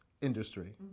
industry